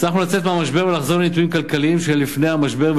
הצלחנו לצאת מהמשבר ולחזור לנתונים כלכליים של לפני המשבר,